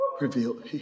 Revealed